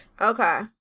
Okay